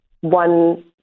one